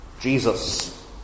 Jesus